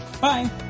Bye